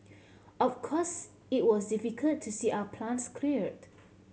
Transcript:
of course it was difficult to see our plants cleared